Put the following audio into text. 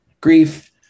grief